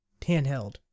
handheld